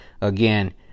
again